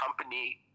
company